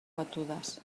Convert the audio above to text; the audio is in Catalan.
batudes